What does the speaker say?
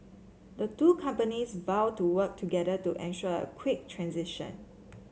the two companies vowed to work together to ensure a quick transition